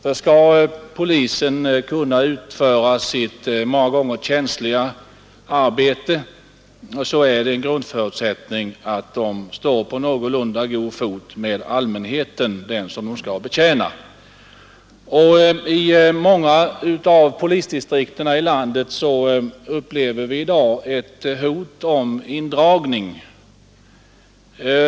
Om polisen skall kunna utföra sitt många gånger känsliga arbete, är grundförutsättningen att den står på någorlunda god fot med allmänheten som den skall betjäna. Detta sker säkert i mindre enheter. I många av landets polisdistrikt upplever vi i dag ett hot om indragning.